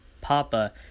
Papa